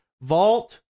vault